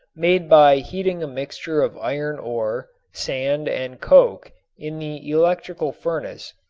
made by heating a mixture of iron ore, sand and coke in the electrical furnace,